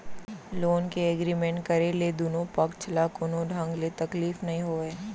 loan के agreement करे ले दुनो पक्छ ल कोनो ढंग ले तकलीफ नइ होवय